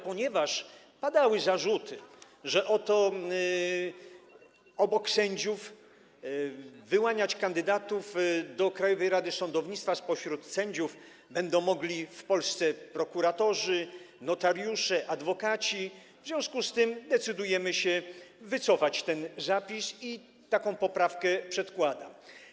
Ponieważ padały zarzuty, że oto obok sędziów wyłaniać kandydatów do Krajowej Rady Sądownictwa spośród sędziów będą mogli w Polsce prokuratorzy, notariusze, adwokaci, w związku z tym decydujemy się wycofać ten zapis i taką poprawkę przedkładam.